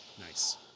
Nice